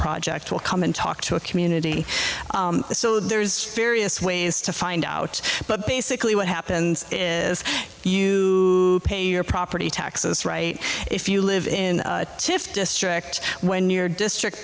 project will come and talk to a community so there's various ways to find out but basically what happens is you pay your property taxes right if you live in if district when your district